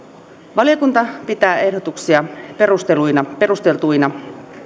valiokunta pitää ehdotuksia perusteltuina perusteltuina